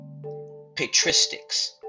patristics